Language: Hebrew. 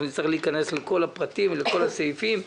נצטרך להיכנס לכל הפרטים ולכל הסעיפים.